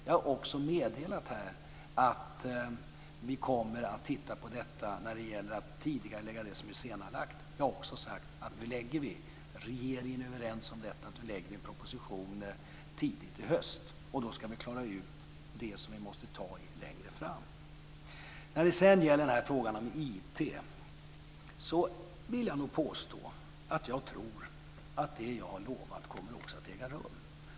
Jag har också meddelat här att vi kommer att titta på om vi kan tidigarelägga det som är senarelagt. Jag har också sagt att vi inom regeringen är överens om att vi ska lägga fram en proposition tidigt i höst. Då ska vi klara ut det som vi måste ta i längre fram. När det sedan gäller frågan om IT vill jag nog påstå att jag tror att det jag har lovat också kommer att äga rum.